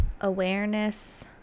awareness